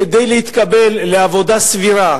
כדי להתקבל לעבודה סבירה